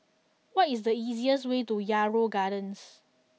what is the easiest way to Yarrow Gardens